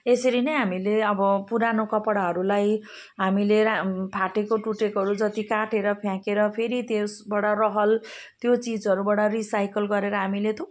यसरी नै हामीले अब पुरानो कपडाहरूलाई हामीले रा फाटेकोटुटेकोहरू जति काटेर फ्याँकेर फेरि त्यसबाट रहल त्यो चिजहरूबाट रिसाइकल गरेर हामीले थुप्रो